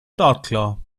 startklar